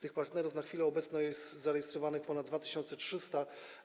Tych obszarów na chwilę obecną jest zarejestrowanych ponad 2300.